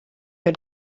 your